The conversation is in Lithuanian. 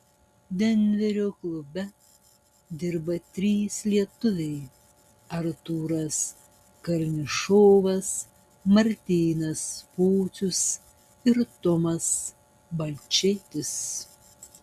denverio klube dirba trys lietuviai artūras karnišovas martynas pocius ir tomas balčėtis